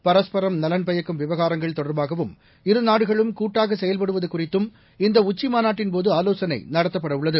பரஸ்பரம் நலன் பயக்கும் விவகாரங்கள் தொடர்பாகவும் இருநாடுகளும் கூட்டாக செயவ்படுவது குறித்தும் இந்த உச்சிமாநாட்டின்போது ஆலோசனை நடத்தப்படவுள்ளது